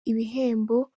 ibihembo